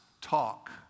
talk